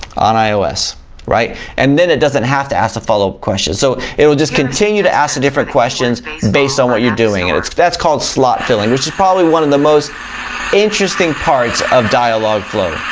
on ios right and then it doesn't have to ask the follow-up questions so it will just continue to ask the different questions based on what you're doing and it's that's called slot filling which is probably one of the most interesting parts of dialog flow